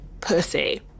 pussy